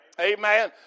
Amen